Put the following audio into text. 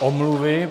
Omluvy